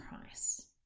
Price